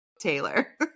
Taylor